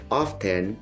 often